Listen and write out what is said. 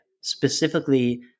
specifically